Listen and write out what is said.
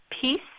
peace